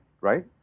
right